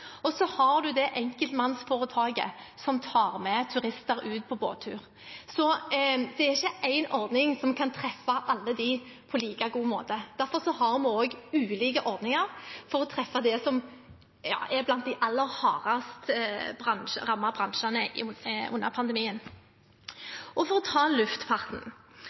og så har en det enkeltpersonforetaket som tar med turister ut på båttur. Så det er ikke én ordning som kan treffe alle dem på like god måte. Derfor har vi også ulike ordninger for å treffe dem som er blant de aller hardest rammede bransjene under pandemien. For å ta luftfarten: